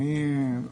כן,